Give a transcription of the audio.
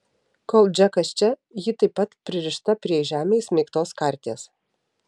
kol džekas čia ji taip pat pririšta prie į žemę įsmeigtos karties